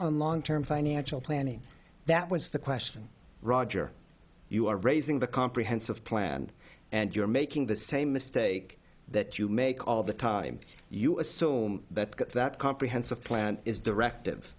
on long term financial planning that was the question roger you are raising the comprehensive plan and you're making the same mistake that you make all the time you assume that that comprehensive plan is directive